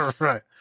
right